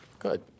Good